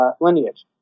lineage